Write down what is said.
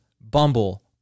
Bumble